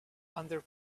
under